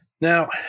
Now